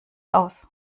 aus